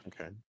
Okay